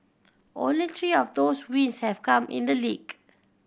only three of those wins have come in the league